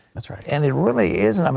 and it really isn't. um